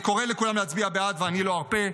אני קורא לכולם להצביע בעד, ואני לא ארפה.